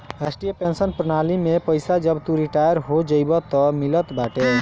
राष्ट्रीय पेंशन प्रणाली में पईसा जब तू रिटायर हो जइबअ तअ मिलत बाटे